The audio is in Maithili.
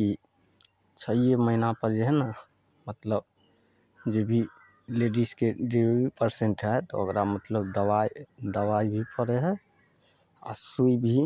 की छओवे महीनापर जे हइ ने मतलब जे भी लेडीजके जे डिलेवरी पैसेंट होयत ओकरा मतलब दबाइ दबाइ पड़य रहय आओर सूइ भी